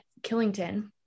Killington